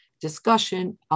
discussion